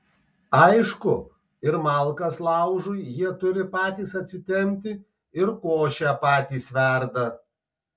aišku ir malkas laužui jie turi patys atsitempti ir košę patys verda